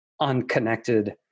unconnected